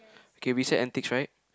K we set antiques right